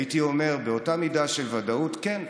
הייתי אומר באותה מידה של ודאות: כן,